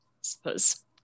suppose